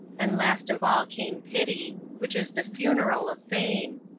and last of all came pity, which is the funeral of fame.